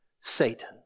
Satan